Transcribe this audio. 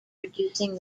reducing